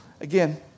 again